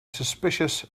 suspicious